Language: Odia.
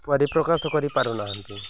ପରିପ୍ରକାଶ କରିପାରୁନାହାନ୍ତି